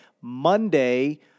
Monday